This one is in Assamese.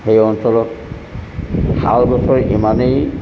সেই অঞ্চলত শাল গছৰ ইমানেই